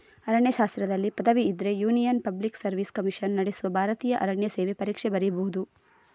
ಅರಣ್ಯಶಾಸ್ತ್ರದಲ್ಲಿ ಪದವಿ ಇದ್ರೆ union public service commission ನಡೆಸುವ ಭಾರತೀಯ ಅರಣ್ಯ ಸೇವೆ ಪರೀಕ್ಷೆ ಬರೀಬಹುದು